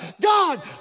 God